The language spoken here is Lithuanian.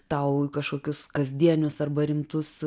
tau į kažkokius kasdienius arba rimtus